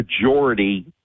majority